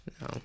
No